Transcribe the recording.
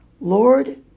Lord